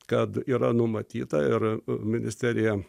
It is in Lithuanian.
kad yra numatyta ir ministerija